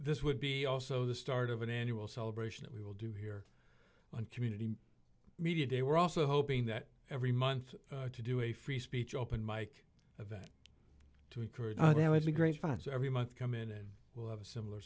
this would be also the start of an annual celebration that we will do here on community media day we're also hoping that every month to do a free speech open mike event to occur there would be great finds every month come in and we'll have a similar